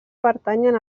pertanyen